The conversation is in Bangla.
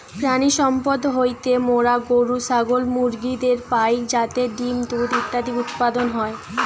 প্রাণিসম্পদ হইতে মোরা গরু, ছাগল, মুরগিদের পাই যাতে ডিম্, দুধ ইত্যাদি উৎপাদন হয়